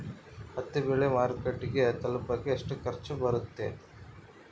ಹತ್ತಿ ಬೆಳೆ ಮಾರುಕಟ್ಟೆಗೆ ತಲುಪಕೆ ಎಷ್ಟು ಖರ್ಚು ಬರುತ್ತೆ?